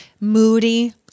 moody